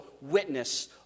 witness